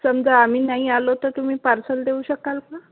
समजा आम्ही नाही आलो तर तुम्ही पार्सल देऊ शकाल का